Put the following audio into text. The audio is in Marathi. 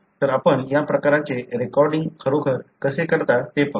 तर आपण या प्रकारचे रेकॉर्डिंग खरोखर कसे करता ते पाहूया